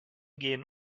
gehen